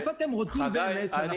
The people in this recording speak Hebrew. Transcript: מאיפה אתם רוצים באמת שאנחנו נביא את הכסף?